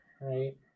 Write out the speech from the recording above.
right